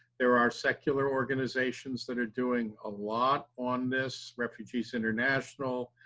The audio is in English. there are secular organizations that are doing a lot on this refugees international,